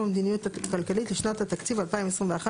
המדיניות הכלכלית לשנות התקציב 2021 ו-2022)